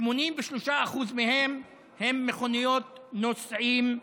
83% מהם הן מכוניות נוסעים.